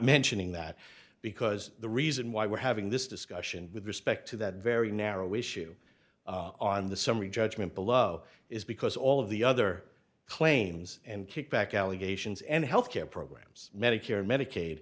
mentioning that because the reason why we're having this discussion with respect to that very narrow issue on the summary judgment below is because all of the other claims and kickback allegations and health care programs medicare medicaid